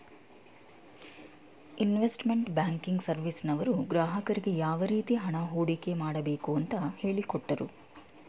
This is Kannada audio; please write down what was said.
ಇನ್ವೆಸ್ಟ್ಮೆಂಟ್ ಬ್ಯಾಂಕಿಂಗ್ ಸರ್ವಿಸ್ನವರು ಗ್ರಾಹಕರಿಗೆ ಯಾವ ರೀತಿ ಹಣ ಹೂಡಿಕೆ ಮಾಡಬೇಕು ಅಂತ ಹೇಳಿಕೊಟ್ಟರು